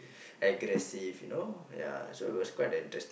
aggressive you know so yeah it was quite a interesting